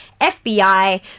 FBI